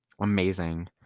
Amazing